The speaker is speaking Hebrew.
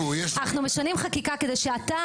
אנחנו משנים חקיקה כדי שאתה,